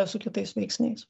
su kitais veiksniais